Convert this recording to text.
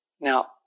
Now